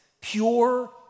pure